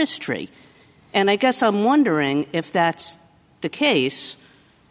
istry and i guess i'm wondering if that's the case